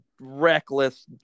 reckless